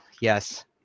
yes